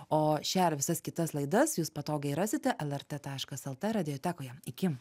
o šią ir visas kitas laidas jūs patogiai rasite lrt taškas lt radiotekoje iki